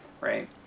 right